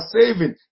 saving